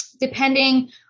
depending